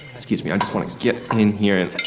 excuse me. i just want to get in here